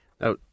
Now